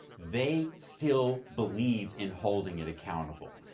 they still believe in holding it accountable.